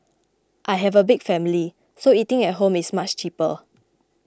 I have a big family so eating at home is much cheaper